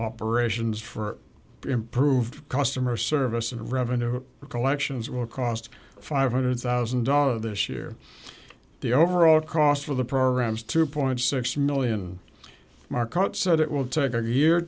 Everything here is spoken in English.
operations for improved customer service and revenue collections will cost five hundred thousand dollars this year the overall cost for the program's two point six million market said it will take a year